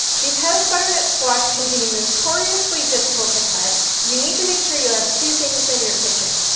because butternut squash can be notoriously difficult to cut you need to make sure you have two things in your kitchen,